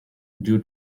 due